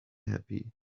happy